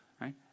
right